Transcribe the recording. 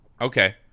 Okay